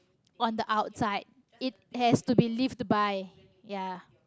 on the outside it has to be lived by